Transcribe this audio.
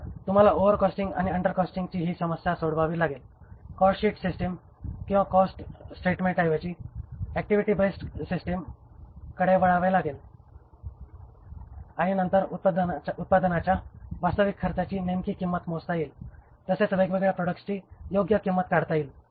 तर तुम्हाला ओव्हरकॉस्टिंग आणि अंडरकॉस्टिंगची ही समस्या सोडवावी लागेल कॉस्टशीट सिस्टम किंवा कॉस्टस्टेटमेंट ऐवजी ऍक्टिव्हिटी बेस्ड कॉस्टिंग सिस्टमकडे वळावे लागेल आणि नंतर उत्पादनाच्या वास्तविक खर्चाची नेमकी किंमत मोजता येईल तसेच वेगवेगळ्या प्रॉडक्ट्सची योग्य किंमत काढता येईल